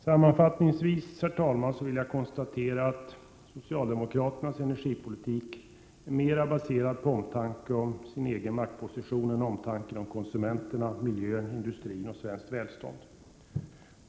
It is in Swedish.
Sammanfattningsvis vill jag konstatera att socialdemokraternas energipolitik mera är baserad på omtanke om den egna maktpositionen än på omtanke om konsumenterna, miljön, industrin och svenskt välstånd.